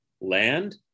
land